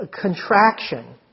contraction